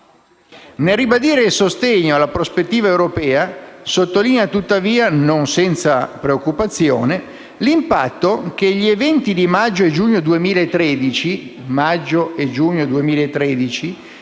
«Nel ribadire il sostegno alla prospettiva europea, sottolinea tuttavia non senza preoccupazione l'impatto che gli eventi di maggio e giugno 2013